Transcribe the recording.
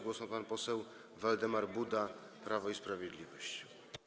Głos ma pan poseł Waldemar Buda, Prawo i Sprawiedliwość.